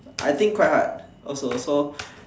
I think quite hard also so